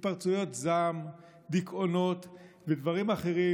התפרצויות זעם, דיכאונות ודברים אחרים,